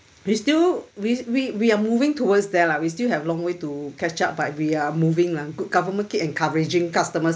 we still we we we are moving towards there lah we still have a long way to catch up but we are moving lah good government keep encouraging customer service